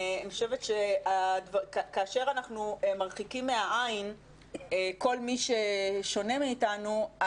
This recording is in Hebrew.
כאשר אנחנו מרחיקים מהעין כל מי ששונה מאיתנו,